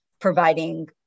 providing